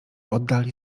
oddali